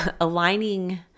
aligning